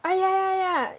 ah ya ya ya